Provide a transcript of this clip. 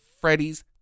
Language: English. Freddy's